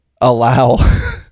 allow